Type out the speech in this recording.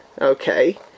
Okay